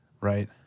Right